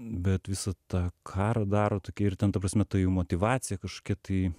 bet visą tą karą daro tokia ir ten ta prasme ta jų motyvacija kažkokia tai